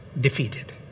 defeated